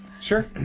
Sure